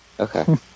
Okay